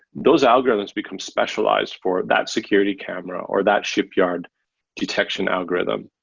those algorithms become specialized for that security camera or that shipyard detection algorithm,